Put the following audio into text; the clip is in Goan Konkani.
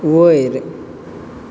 वयर